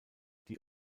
die